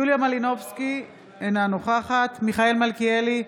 יוליה מלינובסקי, אינה נוכחת מיכאל מלכיאלי,